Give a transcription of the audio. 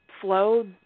flow